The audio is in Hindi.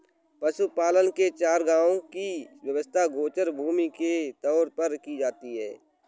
पशुपालन के लिए चारागाहों की व्यवस्था गोचर भूमि के तौर पर की जाती है